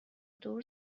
دور